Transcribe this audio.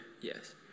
Yes